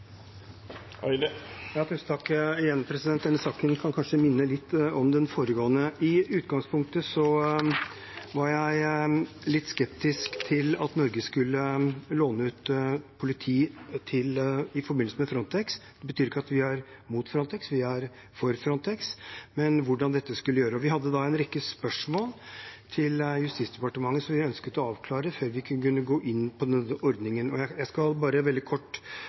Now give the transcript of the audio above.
Denne saken kan kanskje minne litt om den foregående. I utgangspunktet var jeg litt skeptisk til at Norge skulle låne ut politi i forbindelse med Frontex. Det betyr ikke at vi er imot Frontex, vi er for Frontex, men det handlet om hvordan dette skulle gjøres. Vi hadde en rekke spørsmål til Justisdepartementet som vi ønsket å få avklart før vi kunne gå inn for denne ordningen. Jeg skal veldig kort ta de spørsmålene, men jeg kan gi konklusjonene med en gang. Jeg